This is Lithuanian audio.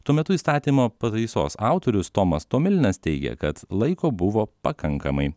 tuo metu įstatymo pataisos autorius tomas tomilinas teigia kad laiko buvo pakankamai